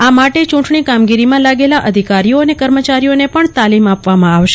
આ માટે ચૂંટણી કામગીરીમાં લાગેલા અધિકારીઓ અને કર્મચારીઓને પણ તાલીમ આપવામાં આવશે